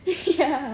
ya